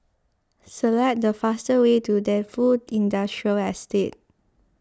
select the fastest way to Defu Industrial Estate